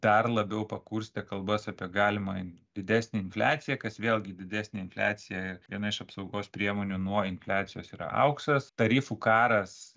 dar labiau pakurstė kalbas apie galimą didesnę infliaciją kas vėlgi didesnė infliacija viena iš apsaugos priemonių nuo infliacijos yra auksas tarifų karas